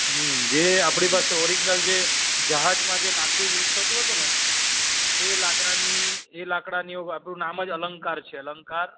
હમ જે આપણી પાસે ઓરિજનલ જે જહાજમાં જે લાકડું યુસ થતું હતું એ લાકડાની એ લાકડાની ઉપર આપણું નામ જ અલંકાર છે અલંકાર